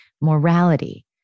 morality